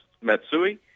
Matsui